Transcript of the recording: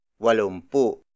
Walumpu